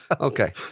Okay